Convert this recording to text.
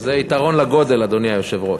זה יתרון לגודל, אדוני היושב-ראש.